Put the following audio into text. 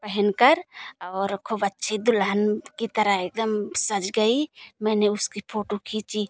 पहन कर और ख़ूब अच्छे दुल्हन की तरह एक दम सज गई मैंने उसकी फोटो खींची